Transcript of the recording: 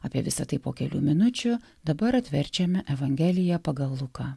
apie visa tai po kelių minučių dabar atverčiame evangeliją pagal luką